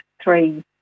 three